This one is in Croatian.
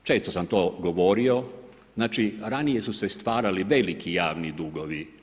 Dakle, često sam to govorio, znači ranije su se stvarali veliki javni dugovi.